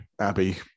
Abby